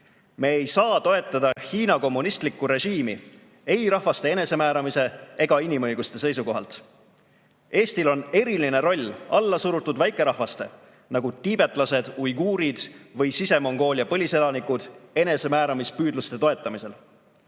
Me ei saa toetada Hiina kommunistlikku režiimi ei rahvaste enesemääramise ega inimõiguste seisukohalt. Eestil on eriline roll allasurutud väikerahvaste, nagu tiibetlased, uiguurid ja Sise-Mongoolia põliselanikud, enesemääramispüüdluste toetamisel.